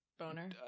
Boner